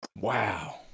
Wow